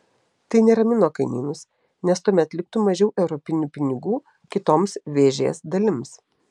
tai neramino kaimynus nes tuomet liktų mažiau europinių pinigų kitoms vėžės dalims